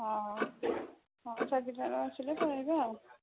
ହଁ ଯିବାର ଆସିଲେ କହିବ ଆଉ